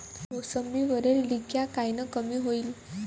मोसंबीवरील डिक्या कायनं कमी होईल?